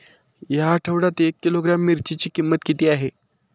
या आठवड्यात एक किलोग्रॅम मिरचीची किंमत किती आहे?